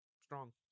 strong